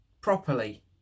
properly